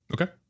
Okay